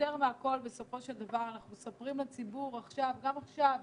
אנחנו מספרים לציבור גם עכשיו,